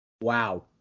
Wow